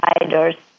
providers